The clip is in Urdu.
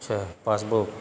اچھا پاس بک